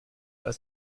was